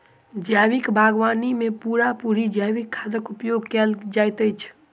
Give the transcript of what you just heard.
जैविक बागवानी मे पूरा पूरी जैविक खादक उपयोग कएल जाइत छै